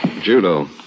Judo